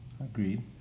Agreed